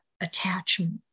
attachment